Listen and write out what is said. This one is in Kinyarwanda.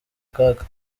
kaga